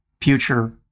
future